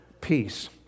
peace